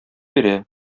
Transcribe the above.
бирә